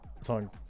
Song